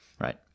right